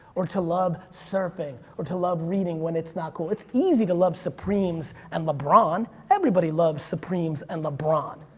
or to love surfing, or to love reading when it's not cool. it's easy to love supremes and lebron. everybody loves supremes and lebron.